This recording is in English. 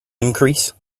increase